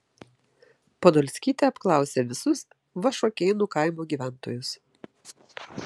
podolskytė apklausė visus vašuokėnų kaimo gyventojus